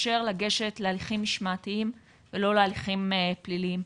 מאפשר לגשת להליכים משמעתיים ולא להליכים פליליים,